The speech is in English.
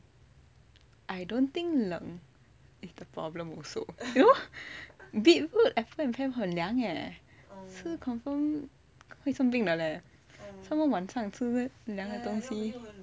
I don't think 冷 is the problem also you know beetroot apple and pear 很凉 eh 吃 confirm 会生病的 leh some more 晚上吃凉的东西